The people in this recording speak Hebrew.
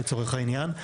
לצורך העניין.